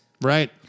right